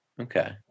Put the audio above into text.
Okay